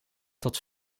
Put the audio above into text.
tot